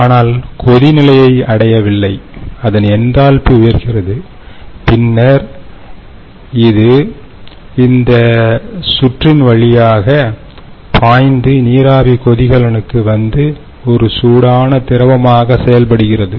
ஆனால் கொதி நிலையை அடையவில்லை அதன் என்தால்பி உயர்கிறது பின்னர் அது இந்த சுற்றின் வழியாக பாய்ந்து நீராவி கொதிகலனுக்கு வந்து ஒரு சூடான திரவமாக செயல்படுகிறது